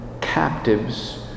captives